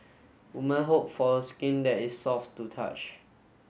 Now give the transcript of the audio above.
women hope for skin that is soft to touch